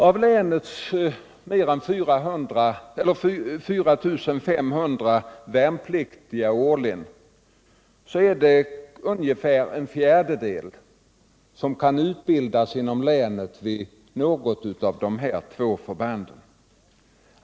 Av länets mer än 4 500 värnpliktiga årligen är det ungefär en fjärdedel som kan utbildas inom länet vid något av de här två förbanden.